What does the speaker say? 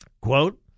Quote